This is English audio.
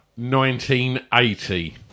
1980